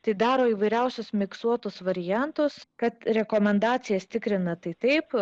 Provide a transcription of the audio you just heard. tai daro įvairiausius miksuotus variantus kad rekomendacijas tikrina tai taip